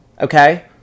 Okay